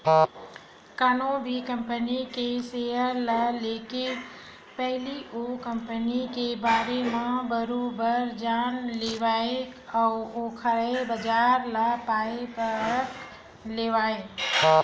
कोनो भी कंपनी के सेयर ल लेके पहिली ओ कंपनी के बारे म बरोबर जान लेवय ओखर बजार ल बने परख लेवय